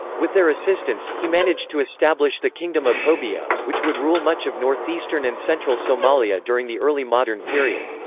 with their assistance, he managed to establish the kingdom of hobyo, which would rule much of northeastern and central somalia during the early modern period.